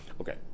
Okay